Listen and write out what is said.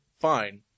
fine